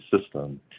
system